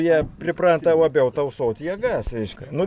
jie pripranta labiau tausot jėgas reiškia nu